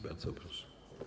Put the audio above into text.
Bardzo proszę.